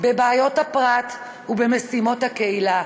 בבעיות הפרט ובמשימות הקהילה.